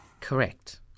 correct